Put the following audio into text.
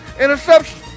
interception